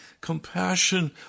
Compassion